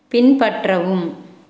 பின்பற்றவும்